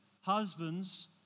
Husbands